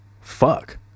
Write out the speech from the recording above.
fuck